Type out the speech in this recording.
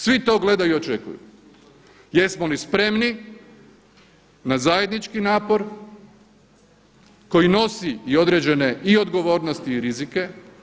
Svi to gledaju i očekuju jesmo li spremni na zajednički napor koji nosi i određene i odgovornosti i rizike.